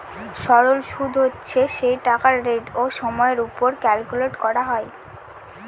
সরল সুদ হচ্ছে সেই টাকার রেট ও সময়ের ওপর ক্যালকুলেট করা হয়